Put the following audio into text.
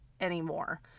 anymore